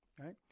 right